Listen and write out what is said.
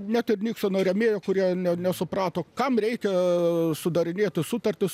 net ir niksono rėmėjų kurie ne nesuprato kam reikia sudarinėti sutartis